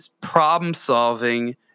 problem-solving